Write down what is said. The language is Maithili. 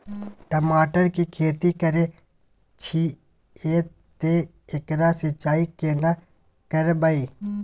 टमाटर की खेती करे छिये ते एकरा सिंचाई केना करबै?